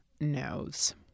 knows